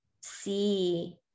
see